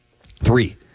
three